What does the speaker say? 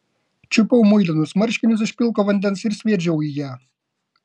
čiupau muilinus marškinius iš pilko vandens ir sviedžiau į ją